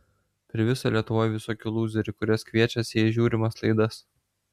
priviso lietuvoj visokių lūzerių kuriuos kviečiasi į žiūrimas laidas